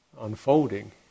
unfolding